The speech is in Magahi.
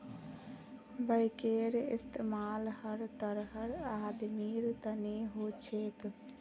बैंकेर इस्तमाल हर तरहर आदमीर तने हो छेक